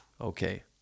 Okay